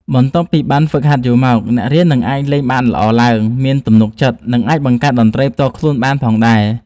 បន្ទាប់ពីបានហ្វឹកហាត់យូរមក អ្នករៀននឹងអាចលេងបានល្អឡើង មានទំនុកចិត្ត និងអាចបង្កើតតន្ត្រីផ្ទាល់ខ្លួនបានផងដែរ។